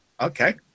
Okay